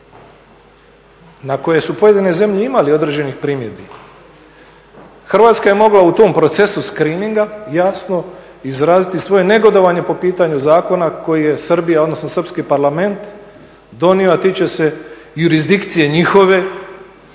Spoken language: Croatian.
na koje su pojedine zemlje imale određenih primjedbi. Hrvatska je mogla u tom procesu screeninga jasno izraziti svoje negodovanje po pitanju zakona koji je Srbija, odnosno srpski parlament donio a tiče se jurisdikcije njihove